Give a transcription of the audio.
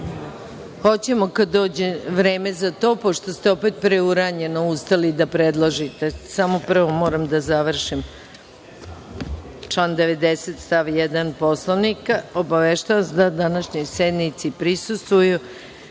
Hoćemo kada dođe vreme za to. Pošto se opet preuranjeno ustali da predložite, samo prvo moram da završim. Saglasno članu 90. stav 1. Poslovnika, obaveštavam vas da današnjoj sednici prisustvuju: